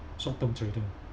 short term trading